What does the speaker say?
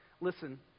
Listen